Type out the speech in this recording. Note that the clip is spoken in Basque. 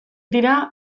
dira